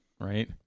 right